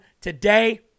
today